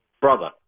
Brother